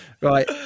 right